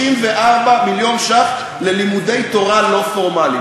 34 מיליון שקלים ללימודי תורה לא פורמליים.